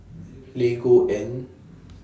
Lego and